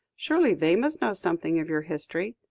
surely they must know something of your history?